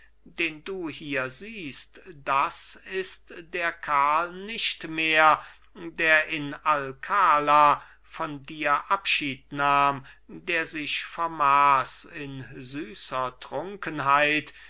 den du hier siehst das ist der karl nicht mehr der in alkala von dir abschied nahm der sich vermaß in süßer trunkenheit